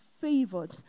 favored